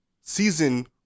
season